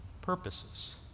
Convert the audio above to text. purposes